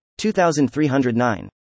2309